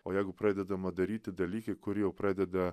o jeigu pradedama daryti dalykai kur jau pradeda